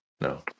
No